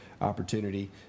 opportunity